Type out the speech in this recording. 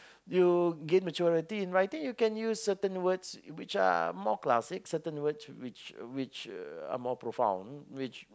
you gain maturity in writing you can use certain which are more classic certain words which which are more profound which